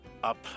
up